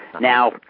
Now